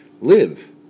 live